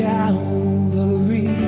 Calvary